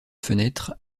fenêtre